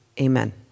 Amen